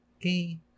Okay